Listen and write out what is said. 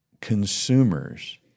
consumers